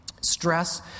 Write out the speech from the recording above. Stress